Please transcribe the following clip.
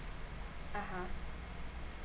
ah